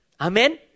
Amen